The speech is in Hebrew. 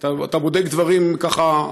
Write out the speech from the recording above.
אתה בודק דברים, ככה,